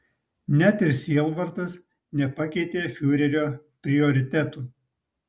net ir sielvartas nepakeitė fiurerio prioritetų